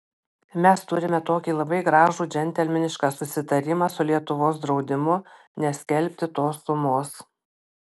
mes turime tokį labai gražų džentelmenišką susitarimą su lietuvos draudimu neskelbti tos sumos